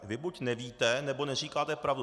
Vy buď nevíte, nebo neříkáte pravdu.